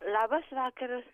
labas vakaras